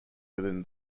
within